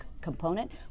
component